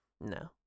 No